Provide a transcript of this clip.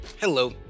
Hello